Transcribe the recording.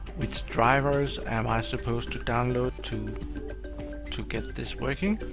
which drivers am i supposed to download to to get this working.